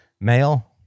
male